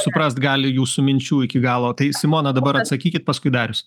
suprast gali jūsų minčių iki galo tai simona dabar atsakykit paskui darius